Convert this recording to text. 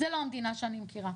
זו לא המדינה שאני מכירה.